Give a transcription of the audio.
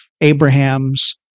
Abraham's